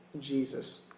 Jesus